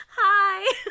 Hi